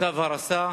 צו הריסה,